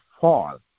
fall